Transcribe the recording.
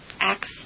Acts